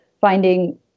finding